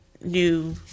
new